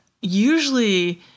usually